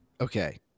Okay